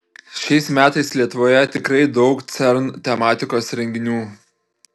šiais metais lietuvoje tikrai daug cern tematikos renginių